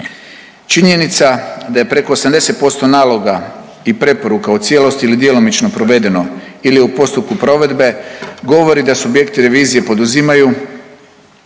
Činjenica da je preko 80% naloga i preporuka u cijelosti ili djelomično provedeno ili je u postupku provedbe govori da subjekti revizije poduzimaju